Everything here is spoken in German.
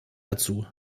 dazu